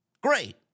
great